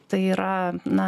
tai yra na